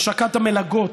השקת המלגות,